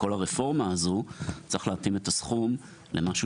לכל הרפורמה הזו צריך להתאים את הסכום למשהו